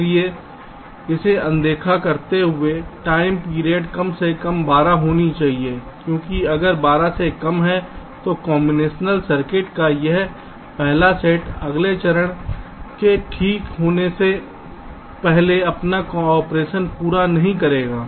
इसलिए इसे अनदेखा करते हुए टाइम पीरियड कम से कम 12 होनी चाहिए क्योंकि अगर यह 12 से कम है तो कॉम्बिनेशनल सर्किट का यह पहला सेट अगले चरण के ठीक होने से पहले अपना ऑपरेशन पूरा नहीं करेगा